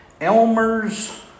Elmer's